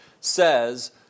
says